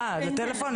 זה טלפון?